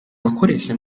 abakoresha